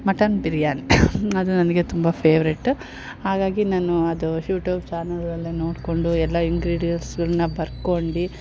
mutton biryani ಅದು ನನಗೆ ತುಂಬ ಫೇವರೇಟ್ ಹಾಗಾಗಿ ನಾನು ಅದು ಯೂ ಟ್ಯೂಬ್ ಚಾನೆಲ್ ಅಲ್ಲಿ ನೋಡ್ಕೊಂಡು ಎಲ್ಲ ಇಂಗ್ರೀಡಿಯಸ್ಗಳನ್ನ ಬರ್ಕೊಂಡು